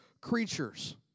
creatures